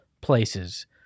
places